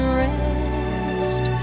rest